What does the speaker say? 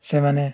ସେମାନେ